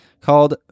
called